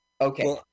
Okay